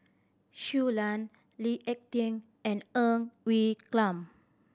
Shui Lan Lee Ek Tieng and Ng Quee Lam